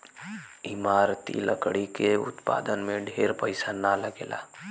इमारती लकड़ी के उत्पादन में ढेर पईसा ना लगेला